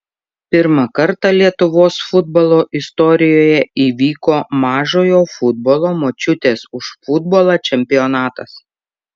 pirmą kartą lietuvos futbolo istorijoje įvyko mažojo futbolo močiutės už futbolą čempionatas